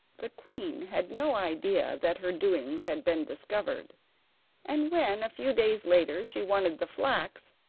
the queen had no idea that her doings had been discovered and when, a few days later, she wanted the flax,